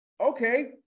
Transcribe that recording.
okay